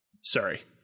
Sorry